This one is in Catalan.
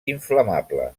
inflamable